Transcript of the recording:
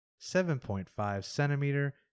7.5-centimeter